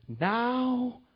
now